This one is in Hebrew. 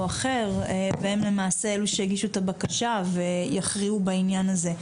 אחר והם למעשה אלו שיגישו את הבקשה ויכריעו בעניין הזה.